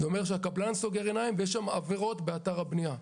זה אומר שהקבלן סוגר עיניים ויש עבירות באתר הבנייה.